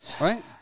Right